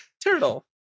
Turtle